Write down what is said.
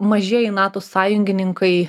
mažieji nato sąjungininkai